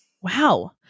Wow